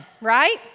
right